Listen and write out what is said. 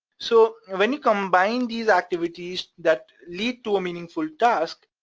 so, when you combine these activities that lead to a meaningful task,